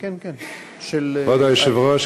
כבוד היושב-ראש,